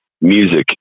music